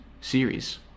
series